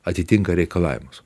atitinka reikalavimus